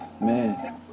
Man